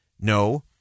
no